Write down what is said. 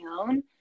own